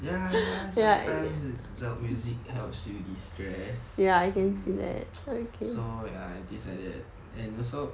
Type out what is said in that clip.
ya sometimes loud music helps you destress mm so I decided and also